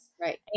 Right